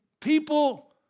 people